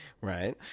right